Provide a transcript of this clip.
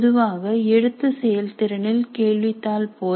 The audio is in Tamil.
பொதுவாக எழுத்து செயல்திறனில் கேள்வித்தாள் போல்